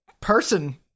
person